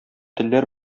телләр